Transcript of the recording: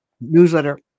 newsletter